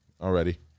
already